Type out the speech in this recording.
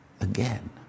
again